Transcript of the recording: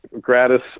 gratis